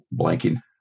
Blanking